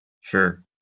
Sure